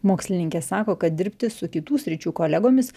mokslininkė sako kad dirbti su kitų sričių kolegomis